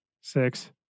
Six